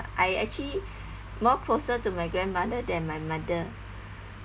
I actually more closer to my grandmother than my mother